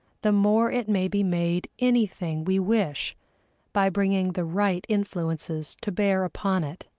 the more it may be made anything we wish by bringing the right influences to bear upon it.